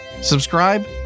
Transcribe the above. Subscribe